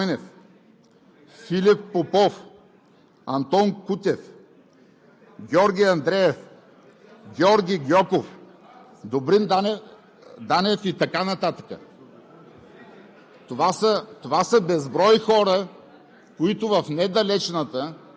Корнелия Нинова, Георги Свиленски, Драгомир Стойнев, Филип Попов, Антон Кутев, Георги Андреев, Георги Гьоков, Добрин Данев и така нататък,